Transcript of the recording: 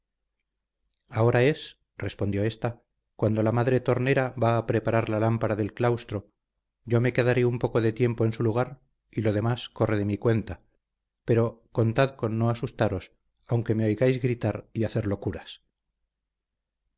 ahora es respondió ésta cuando la madre tornera va a preparar la lámpara del claustro yo me quedaré un poco de tiempo en su lugar y lo demás corre de mi cuenta pero contad con no asustaros aunque me oigáis gritar y hacer locuras